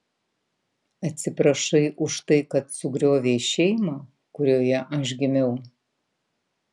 atsiprašai už tai kad sugriovei šeimą kurioje aš gimiau